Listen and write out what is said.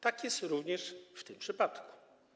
Tak jest również w tym przypadku.